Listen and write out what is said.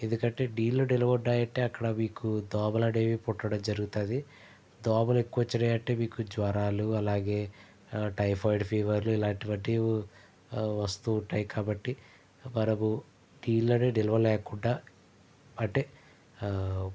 ఎందుకంటే నీళ్ళు నిల్వ ఉన్నాయంటే అక్కడ మీకు దోమలనేవి కుట్టడం జరుగుతుంది దోమ లెక్కువచ్చినాయంటే మీకు జ్వరాలు అలాగే టైఫాయిడ్ ఫీవరు ఇలాంటి వన్నీ వస్తూ ఉంటాయి కాబట్టి మనము నీళ్ళు అనేవి నిల్వ లేకుండా అంటే